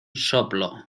soplo